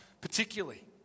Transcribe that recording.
particularly